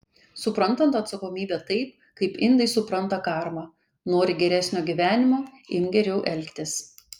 suprantant atsakomybę taip kaip indai supranta karmą nori geresnio gyvenimo imk geriau elgtis